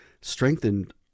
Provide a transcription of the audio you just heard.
strengthened